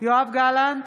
יואב גלנט,